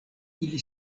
ili